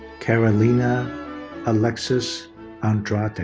carolina alexis andrade.